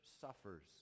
suffers